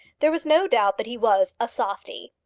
there was no doubt that he was a softie.